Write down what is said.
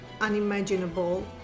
unimaginable